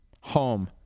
home